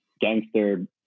gangster